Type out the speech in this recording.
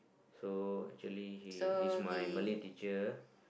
so actually he he is my Malay teacher